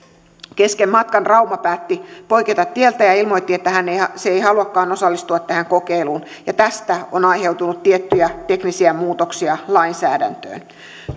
kesken matkan rauma päätti poiketa tieltä ja ilmoitti että se ei haluakaan osallistua tähän kokeiluun ja tästä on aiheutunut tiettyjä teknisiä muutoksia lainsäädäntöön